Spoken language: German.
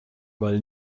weil